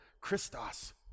Christos